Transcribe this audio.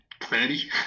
Thirty